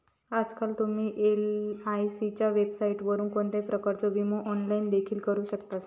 आजकाल तुम्ही एलआयसीच्या वेबसाइटवरून कोणत्याही प्रकारचो विमो ऑनलाइन देखील करू शकतास